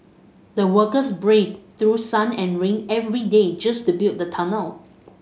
the workers braved through sun and rain every day just to build the tunnel